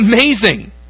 amazing